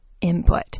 input